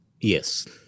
Yes